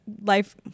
life